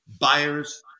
buyers